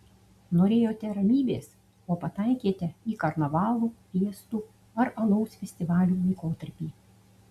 norėjote ramybės o pataikėte į karnavalų fiestų ar alaus festivalių laikotarpį